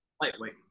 Lightweight